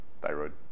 thyroid